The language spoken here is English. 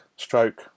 stroke